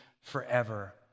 forever